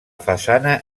façana